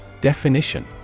Definition